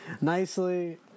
nicely